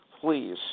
please